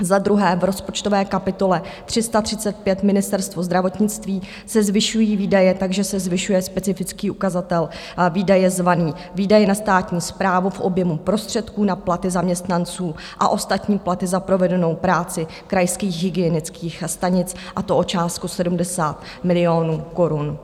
Za druhé v rozpočtové kapitole 335, Ministerstvo zdravotnictví, se zvyšují výdaje tak, že se zvyšuje specifický ukazatel Výdaje zvaný Výdaje na státní správu v objemu prostředků na platy zaměstnanců a ostatní platy za provedenou práci krajských hygienických stanic, a to o částku 70 milionů korun.